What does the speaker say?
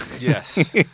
yes